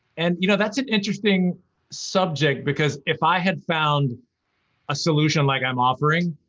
and, you know, that's an interesting subject, because if i had found a solution like i'm offering,